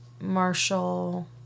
Marshall